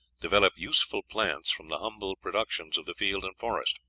develop useful plants from the humble productions of the field and forest.